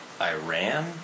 Iran